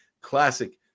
classic